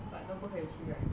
but 都不可以去 right